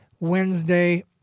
Wednesday